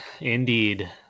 Indeed